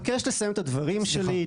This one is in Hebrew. אני מבקש לסיים את הדברים שלי.